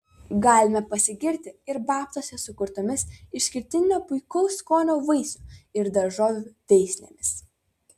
galime pasigirti ir babtuose sukurtomis išskirtinio puikaus skonio vaisių ir daržovių veislėmis